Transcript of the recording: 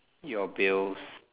your bills